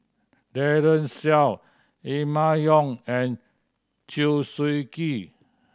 Daren Shiau Emma Yong and Chew Swee Kee